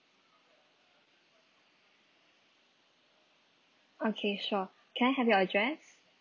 okay sure can I have your address